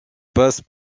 passe